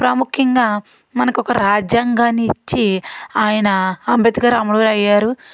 ప్రాముఖ్యంగా మనకు ఒక రాజ్యాంగాన్ని ఇచ్చి ఆయన అంబేద్కర్ అమరులు అయ్యారు